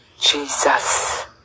Jesus